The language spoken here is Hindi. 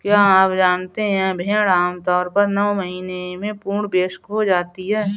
क्या आप जानते है भेड़ आमतौर पर नौ महीने में पूर्ण वयस्क हो जाती है?